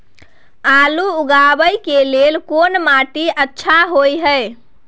आलू उगाबै के लेल कोन माटी अच्छा होय है?